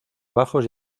bajos